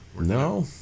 No